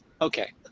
okay